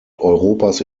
europas